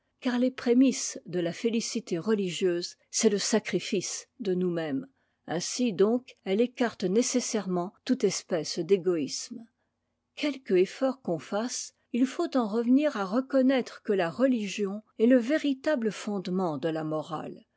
car les prémices de la félicité religieuse c'est le sacrifice de nous mêmes ainsi donc elle écarte nécessairement toute espèce d'égoïsme quoique effort qu'on fasse il faut en revenir à reconnaître que la religion est le véritable fondement de la morale